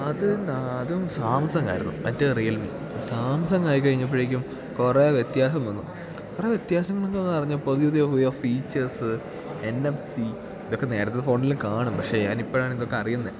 അത് അതും സംസങ്ങായിരുന്നു മറ്റേ റിയൽമി സാംസങ് ആയി കഴിഞ്ഞപ്പോഴേക്കും കുറേ വ്യത്യാസം വന്നു കുറേ വ്യത്യാസങ്ങൾ എന്ന് പറഞ്ഞപ്പോൾ പുതിയ പുതിയ ഫീച്ചേഴ്സ് എൻ എഫ് സി ഇതൊക്കെ നേരത്തെ ഫോണിലും കാണും പക്ഷെ ഞാനിപ്പോഴാണ് ഇതൊക്കെ അറിയുന്നത്